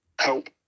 help